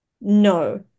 No